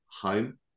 home